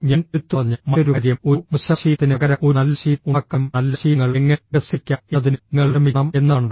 ഞാൻ എടുത്തുപറഞ്ഞ മറ്റൊരു കാര്യം ഒരു മോശം ശീലത്തിന് പകരം ഒരു നല്ല ശീലം ഉണ്ടാക്കാനും നല്ല ശീലങ്ങൾ എങ്ങനെ വികസിപ്പിക്കാം എന്നതിനും നിങ്ങൾ ശ്രമിക്കണം എന്നതാണ്